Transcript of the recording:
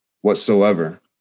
whatsoever